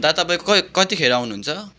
दा तपाईँ कतिखेर आउनुहुन्छ